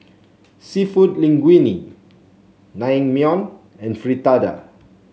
seafood Linguine Naengmyeon and Fritada